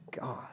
God